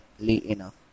enough